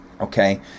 Okay